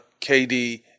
KD